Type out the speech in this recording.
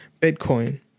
Bitcoin